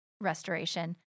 restoration